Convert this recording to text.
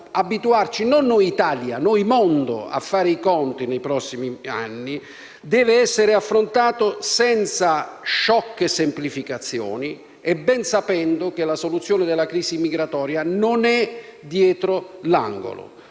mondo - dobbiamo abituarci a fare i conti nei prossimi anni, deve essere affrontato senza sciocche semplificazioni e ben sapendo che la soluzione della crisi migratoria non è dietro l'angolo.